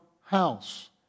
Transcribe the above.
house